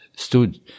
Stood